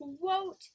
quote